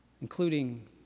including